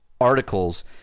articles